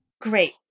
Great